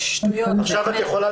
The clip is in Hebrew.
אנחנו לא צריכים